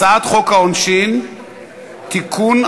הצעת חוק העונשין (תיקון,